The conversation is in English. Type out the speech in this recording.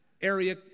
area